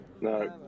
No